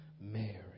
Mary